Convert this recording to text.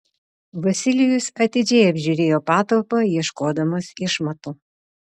vasilijus atidžiai apžiūrėjo patalpą ieškodamas išmatų